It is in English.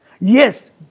Yes